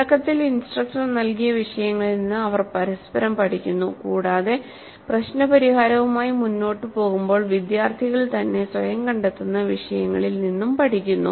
തുടക്കത്തിൽ ഇൻസ്ട്രക്ടർ നൽകിയ വിഷയങ്ങളിൽ നിന്ന് അവർ പരസ്പരം പഠിക്കുന്നുകൂടാതെ പ്രശ്ന പരിഹാരവുമായി മുന്നോട്ട് പോകുമ്പോൾ വിദ്യാർത്ഥികൾ തന്നെ സ്വയം കണ്ടെത്തുന്ന വിഷയങ്ങളിൽ നിന്നും പഠിക്കുന്നു